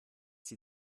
sie